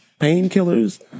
painkillers